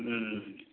हूँ